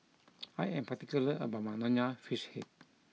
I am particular about my Nonya Fish Head